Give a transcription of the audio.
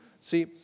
See